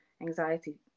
anxiety